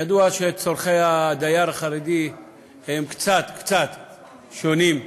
ידוע שצורכי הדייר החרדי הם קצת קצת שונים,